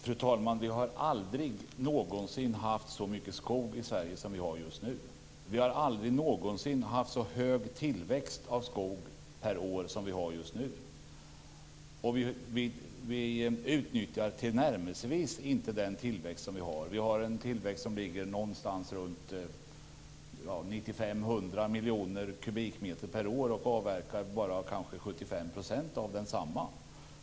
Fru talman! Vi har aldrig någonsin haft så mycket skog i Sverige som vi har just nu. Vi har aldrig någonsin haft så hög tillväxt av skog som vi har just nu. Vi utnyttjar inte tillnärmelsevis den tillväxt vi har, som ligger runt 95-100 miljoner kubikmeter per år. Av det avverkar vi kanske 75 %.